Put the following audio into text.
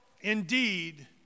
indeed